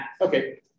Okay